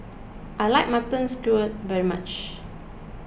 I like Mutton Stew very much